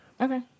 Okay